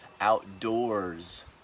outdoors